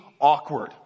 awkward